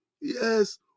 Yes